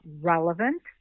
relevant